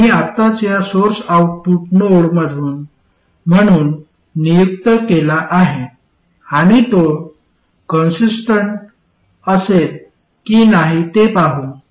आम्ही आत्ताच हा सोर्स आउटपुट नोड म्हणून नियुक्त केला आहे आणि तो कंसिस्टन्ट असेल की नाही ते पाहू